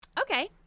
Okay